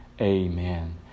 amen